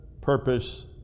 purpose